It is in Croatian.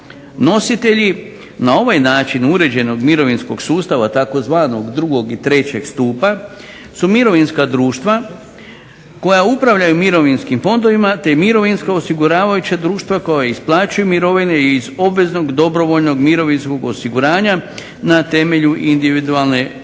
Nositelji na ovaj način uređenog mirovinskog sustava tzv. Drugog i trećeg stupa su mirovinska društva koja upravlja mirovinskim fondovima, te mirovinska osiguravajuća društva koja isplaćuju mirovine iz obveznog dobrovoljnog mirovinskog osiguranja na temelju individualne štednje.